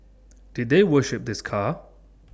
did they worship this car